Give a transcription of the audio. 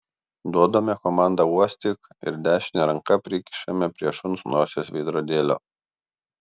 duodame komandą uostyk ir dešinę ranką prikišame prie šuns nosies veidrodėlio